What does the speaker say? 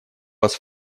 вас